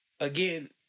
again